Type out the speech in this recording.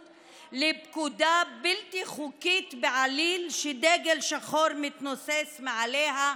לפקודה בלתי חוקית בעליל שדגל שחור מתנוסס מעליה.